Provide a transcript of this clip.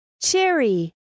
cherry